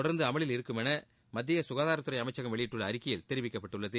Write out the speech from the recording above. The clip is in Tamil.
தொடர்ந்து அமலில் இருக்கும் என மத்திய சுகாதாரத்துறை அமைச்சகம் வெளியிட்டுள்ள அறிக்கையில் தெரிவிக்கப்பட்டுள்ளது